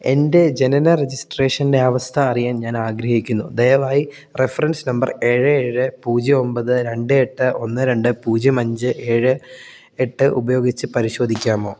എൻ്റെ ജനന രജിസ്ട്രേഷൻ്റെ അവസ്ഥയറിയാൻ ഞാനാഗ്രഹിക്കുന്നു ദയവായി റഫറൻസ് നമ്പർ ഏഴ് ഏഴ് പൂജ്യം ഒമ്പത് രണ്ട് എട്ട് ഒന്ന് രണ്ട് പൂജ്യം അഞ്ച് ഏഴ് എട്ട് ഉപയോഗിച്ച് പരിശോധിക്കാമോ